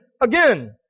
again